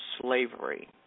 slavery